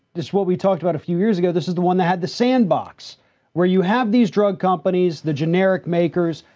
this is what we talked about a few years ago. this is the one that had the sandbox where you have these drug companies, the generic makers,